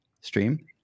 stream